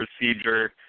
procedure